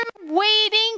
waiting